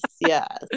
yes